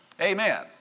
Amen